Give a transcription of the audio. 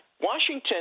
Washington